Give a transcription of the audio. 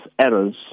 errors